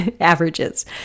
averages